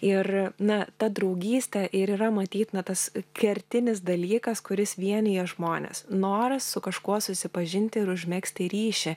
ir na ta draugystė ir yra matyt na tas kertinis dalykas kuris vienija žmones noras su kažkuo susipažinti ir užmegzti ryšį